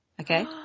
Okay